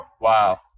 wow